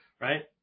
right